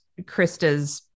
Krista's